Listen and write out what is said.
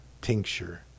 tincture